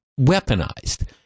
weaponized